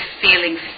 feeling